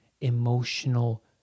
emotional